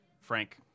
Frank